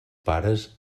pares